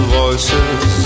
voices